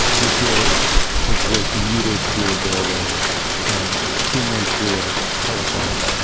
you hear his voice muted through a doorway and dimly through a telephone.